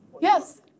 Yes